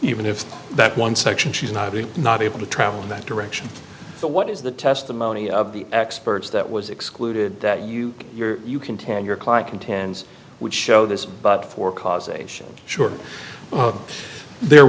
even if that one section she's not not able to travel in that direction but what is the testimony of the experts that was excluded that you your you can tell your client contends which show this but for causation short there